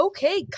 Okay